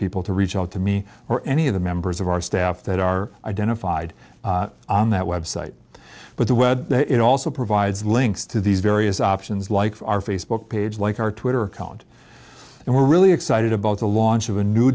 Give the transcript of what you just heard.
people to reach out to me or any of the members of our staff that are identified on that website but the web it also provides links to these various options like our facebook page like our twitter account and we're really excited about the launch of a new